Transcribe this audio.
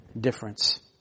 difference